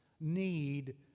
need